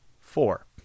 four